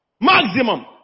Maximum